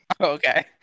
okay